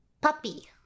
Puppy